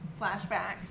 flashback